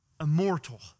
immortal